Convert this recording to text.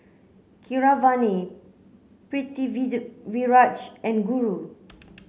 Keeravani and Guru